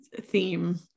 theme